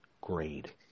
grade